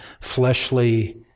fleshly